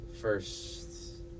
first